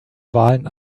wahlen